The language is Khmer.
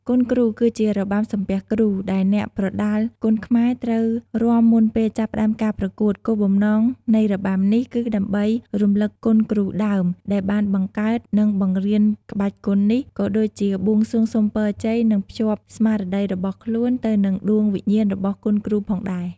គុនគ្រូ គឺជា របាំសំពះគ្រូ ដែលអ្នកប្រដាល់គុនខ្មែរត្រូវរាំមុនពេលចាប់ផ្តើមការប្រកួត គោលបំណងនៃរបាំនេះ គឺដើម្បី រំលឹកគុណគ្រូដើម ដែលបានបង្កើត និងបង្រៀនក្បាច់គុននេះ ក៏ដូចជា បួងសួងសុំពរជ័យ និងភ្ជាប់ស្មារតី របស់ខ្លួនទៅនឹងដួងវិញ្ញាណរបស់គុនគ្រូផងដែរ។